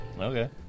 Okay